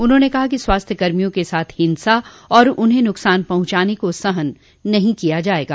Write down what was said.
उन्होंने कहा कि स्वास्थ्य कर्मियों के साथ हिंसा और उन्हें न्कसान पहुंचाने को सहन नहीं किया जाएगा